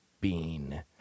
bean